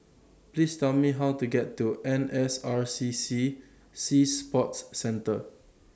Please Tell Me How to get to N S R C C Sea Sports Center